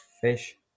Fish